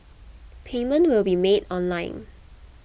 payment will be made online